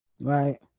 Right